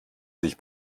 sich